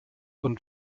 und